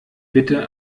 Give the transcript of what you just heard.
bitte